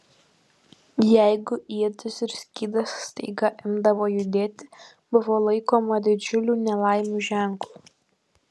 jeigu ietis ir skydas staiga imdavo judėti buvo laikoma didžiulių nelaimių ženklu